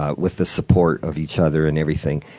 ah with the support of each other and everything.